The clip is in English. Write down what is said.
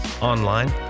online